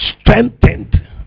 strengthened